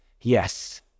yes